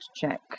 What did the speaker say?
check